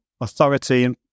authority